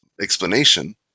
explanation